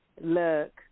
Look